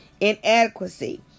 inadequacy